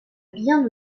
bien